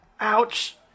Ouch